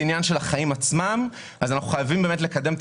זה עניין של החיים עצמם." אנחנו חייבים לקדם את